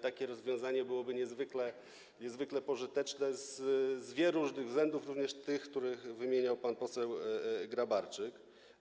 takie rozwiązanie byłoby niezwykle pożyteczne z wielu różnych względów, również tych, które wymieniał pan poseł Grabarczyk.